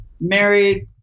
Married